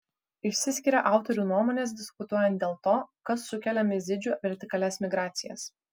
išsiskiria autorių nuomonės diskutuojant dėl to kas sukelia mizidžių vertikalias migracijas